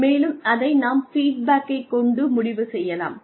மேலும் அதை நாம் ஃபீட்பேக்கை கொண்டு முடிவு செய்யலாம்